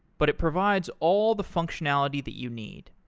but it provides all the functionality that you need.